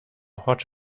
hot